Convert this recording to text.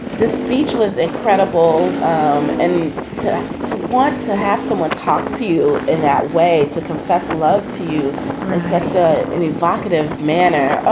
the speech was incredible um and to to want to have someone talk to you in that way, to confess love to you reflects ah an evocative manner.